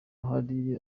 hari